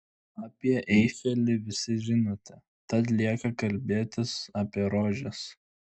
apie eifelį visi žinote tad lieka kalbėtis apie rožes